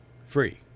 free